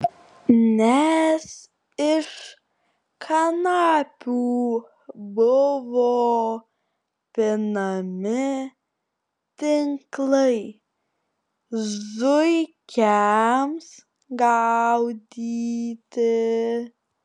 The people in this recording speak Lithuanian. nes iš kanapių buvo pinami tinklai zuikiams gaudyti